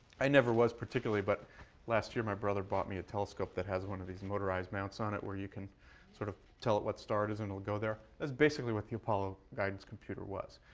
i never was particularly. but last year, my brother brought me a telescope that has one of these motorized mounts on it, where you can sort of tell it what star it is and it'll go there. that's basically what the apollo guidance computer was,